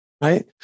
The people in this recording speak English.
Right